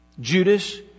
Judas